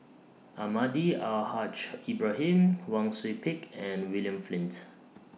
Almahdi Al Haj Ibrahim Wang Sui Pick and William Flint